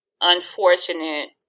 unfortunate